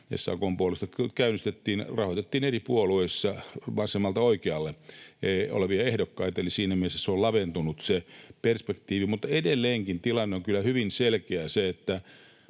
SAK:n puolesta käynnistettiin, rahoitettiin eri puolueista vasemmalta oikealle olevia ehdokkaita, eli siinä mielessä se perspektiivi on laventunut. Mutta edelleenkin tilanne on kyllä hyvin selkeästi